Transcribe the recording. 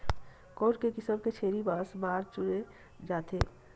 कोन से किसम के छेरी मांस बार चुने जाथे?